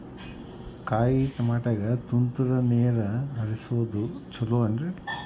ಕಾಯಿತಮಾಟಿಗ ತುಂತುರ್ ನೇರ್ ಹರಿಸೋದು ಛಲೋ ಏನ್ರಿ?